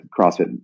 CrossFit